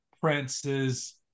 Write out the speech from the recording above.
Prince's